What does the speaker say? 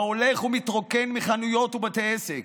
ההולך ומתרוקן מחנויות ובתי עסק.